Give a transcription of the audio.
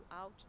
out